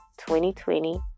2020